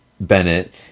Bennett